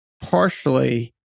partially